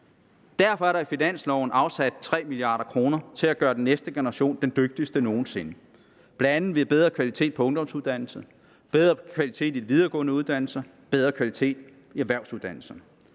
Derfor er der i finansloven afsat 3 mia. kr. til at gøre den næste generation den dygtigste nogensinde, bl.a. ved bedre kvalitet på ungdomsuddannelserne, bedre kvalitet i de videregående uddannelser, bedre kvalitet i erhvervsuddannelserne.